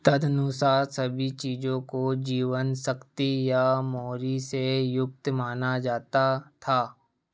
तदनुसार सभी चीज़ों को जीवनशक्ति या मौरी से युक्त माना जाता था